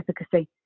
efficacy